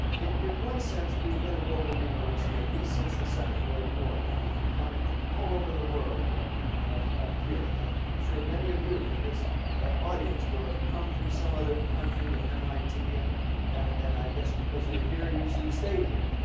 in one sense, we've been a global university at least since the second world war with people coming from all over the world here. i'm sure many of you in this audience will have come from some other country to mit. and and i guess because you're here you've you've stayed here.